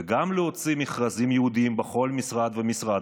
וגם להוציא מכרזים ייעודיים בכל משרד ומשרד,